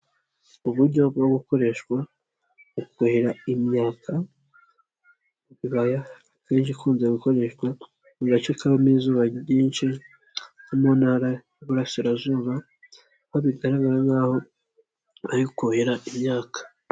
Uburyo bwo gukoreshwa mu kuhira imyaka, ibibaya niyo ijya ikunze gukoreshwa mu gace kabamo izuba ryinshi no mu ntara y'iburasirazuba, aho bigaragara nk'aho bari kuhira imyaka.